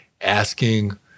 asking